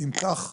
אם כך,